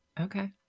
Okay